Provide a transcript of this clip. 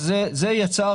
זה יצר